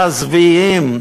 מזוויעים,